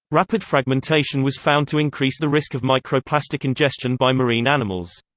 rapid fragmentation was found to increase the risk of microplastic ingestion by marine animals.